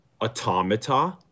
automata